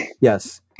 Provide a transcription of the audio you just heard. Yes